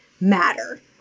matter